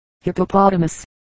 hippopotamus